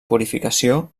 purificació